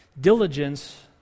Diligence